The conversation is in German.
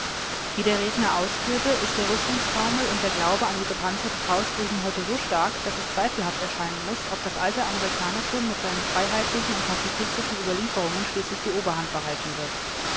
wie der redner ausführte ist der rüstungstaumel und der glaube an die gepanzerte faust drüben heute so stark daß es zweifelhaft erscheinen muß ob das alte amerikanertum mit seinen freiheitlichen und pazifistischen überlieferungen schließlich die oberhand behalten wird